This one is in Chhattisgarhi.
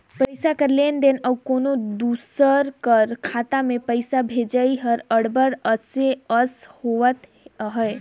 पइसा कर लेन देन अउ कोनो दूसर कर खाता में पइसा भेजई हर अब्बड़ असे अस होवत अहे